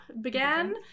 began